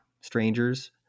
strangers